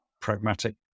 pragmatic